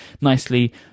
nicely